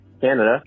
canada